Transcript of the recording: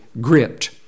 gripped